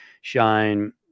shine